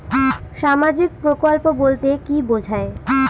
সামাজিক প্রকল্প বলতে কি বোঝায়?